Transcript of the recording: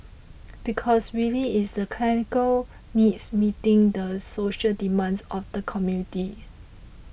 because really it's the clinical needs meeting the social demands of the community